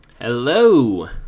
Hello